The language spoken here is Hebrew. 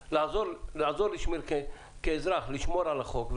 רוצה לעזור כאזרח לשמור על החוק,